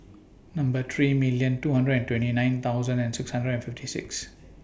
Number three million two hundred and twenty nine thousand and six hundred and fifty six